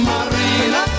Marina